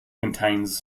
contains